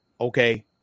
Okay